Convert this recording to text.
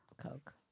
Coke